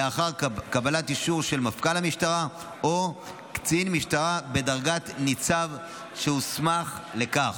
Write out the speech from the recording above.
לאחר קבלת אישור של מפכ"ל המשטרה או קצין משטרה בדרגת ניצב שהוסמך לכך.